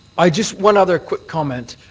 i just one other quick comment.